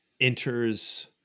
enters